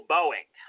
Boeing